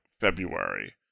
February